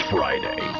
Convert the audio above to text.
Friday